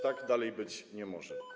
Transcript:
Tak dalej być nie może.